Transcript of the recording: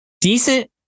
decent